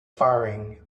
firing